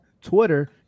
Twitter